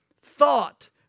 thought